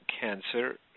cancer